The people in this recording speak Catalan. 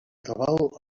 tabal